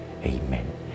Amen